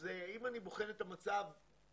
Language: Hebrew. אז אם אני בוחן את המצב בזריזות,